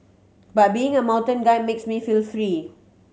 but being a mountain guide makes me feel free